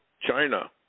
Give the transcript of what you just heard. China